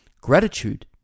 Gratitude